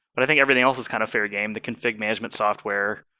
but i think everything else is kind of fair game the config management software,